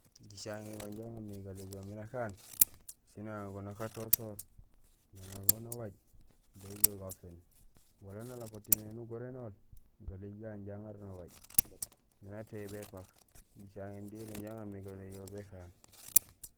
Jicaŋéén wanja aŋamé galéjool miin nakaan, siin aŋago nak atosoor, naŋago nawaaj béjoow gaféén. Wala nalako tiin éni ugorénol, galééj ga inja aŋaar nawaaj miin atééy bépak, jicaŋéén déré inja aŋarmé galéjool békaan.